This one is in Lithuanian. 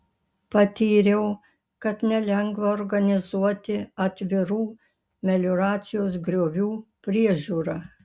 patyriau kad nelengva organizuoti atvirų melioracijos griovių priežiūrą